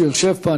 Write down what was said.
שיושב פה,